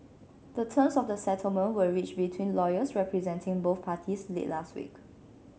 the terms of the settlement were reached between lawyers representing both parties late last week